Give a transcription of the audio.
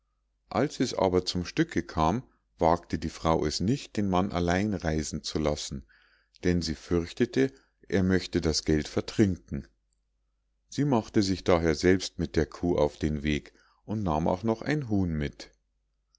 als es aber zum stücke kam wagte die frau es nicht den mann allein reisen zu lassen denn sie fürchtete er möchte das geld vertrinken sie machte sich daher selbst mit der kuh auf den weg und nahm auch noch ein huhn mit